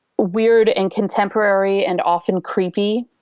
weird and contemporary and often creepy.